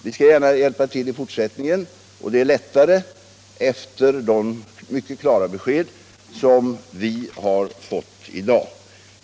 Vi skall gärna hjälpa till i fortsättningen, och det är lättare efter de mycket klara besked som vi har fått i dag.